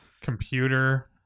computer